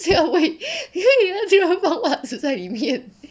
居然放袜子在里面